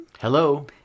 Hello